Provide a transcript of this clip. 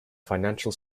financial